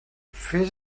fes